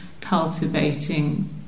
cultivating